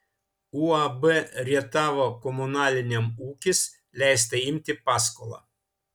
uab rietavo komunaliniam ūkis leista imti paskolą